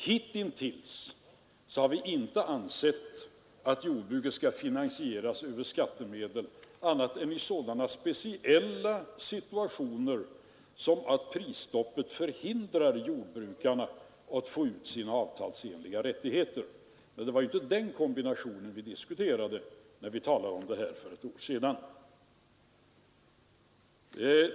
Hitintills har vi inte ansett att jordbruket skall finansieras med skattemedel annat än i sådana speciella situationer som den att prisstoppet förhindrar jordbrukarna att få ut sina avtalsenliga ersättningar. Men det var inte den kombinationen vi diskuterade när vi talade om det här för ett år sedan.